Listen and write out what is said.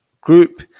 group